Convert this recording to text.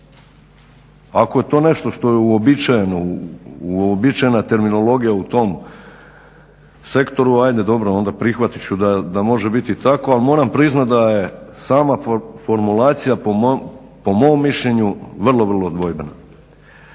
Ako je to nešto što je uobičajeno, uobičajena terminologija u tom sektoru hajde dobro, onda prihvatit ću da može biti i tako. Ali moram priznati da je sama formulacija po mom mišljenju vrlo, vrlo dvojbena.